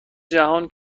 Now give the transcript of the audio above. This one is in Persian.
جهان